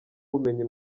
ubumenyi